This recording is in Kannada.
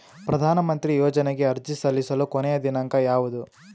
ಪ್ರಧಾನ ಮಂತ್ರಿ ಯೋಜನೆಗೆ ಅರ್ಜಿ ಸಲ್ಲಿಸಲು ಕೊನೆಯ ದಿನಾಂಕ ಯಾವದು?